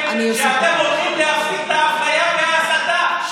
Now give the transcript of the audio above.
כתוב בהסכם שאתם הולכים להפסיק את האפליה וההסתה.